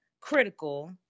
critical